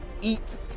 eat